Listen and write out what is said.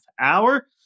hour